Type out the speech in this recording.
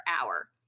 hour